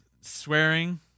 swearing